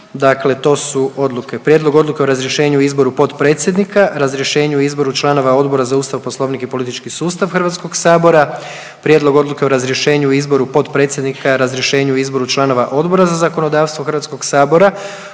Dakle, to su odluke. Prijedlog odluke o razrješenju i izboru potpredsjednika, razrješenju i izboru članova Odbora za Ustav, Poslovnik i politički sustav Hrvatskog sabora. Prijedlog odluke o razrješenju i izboru potpredsjednika, razrješenju i izboru članova Odbora za zakonodavstvo Hrvatskog sabora.